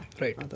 Right